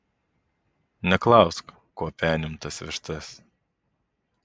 neklausk kuo penim tas vištas